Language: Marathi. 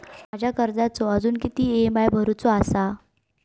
माझ्या कर्जाचो अजून किती ई.एम.आय भरूचो असा?